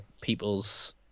people's